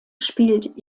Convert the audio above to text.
spielt